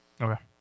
Okay